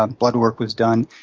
ah bloodwork was done.